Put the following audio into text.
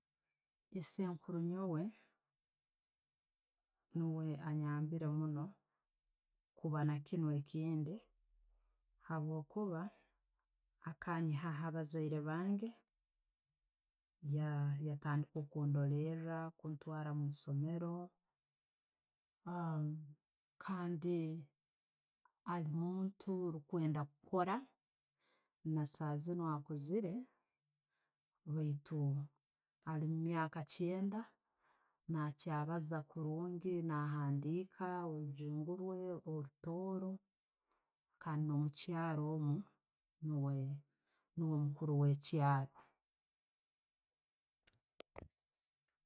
Isenkuru nyoowe, nuwe ayambire muuno kuba na'kiinu kyendi habwokuba akanyiha ha'bazaire bange yatandiika kundollera, kuntwara omwisomero kandi alimuntu rikwenda kukora. Na'saaha ziino akuziire, baitu alimumyaka kyenda, na'akyabaaza kurungi, nahandiika orujungu rwe, orutooro kandi omukyaromwo, niiwe, niiwe mukuru we'kyalo.